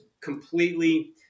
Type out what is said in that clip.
completely